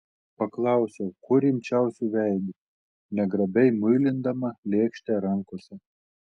paklausiau kuo rimčiausiu veidu negrabiai muilindama lėkštę rankose